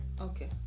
okay